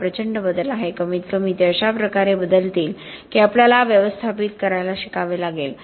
हा प्रचंड बदल आहे कमीतकमी ते अशा प्रकारे बदलतील की आपल्याला व्यवस्थापित करायला शिकावे लागेल